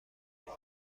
تصور